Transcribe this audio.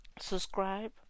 subscribe